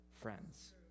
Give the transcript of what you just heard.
friends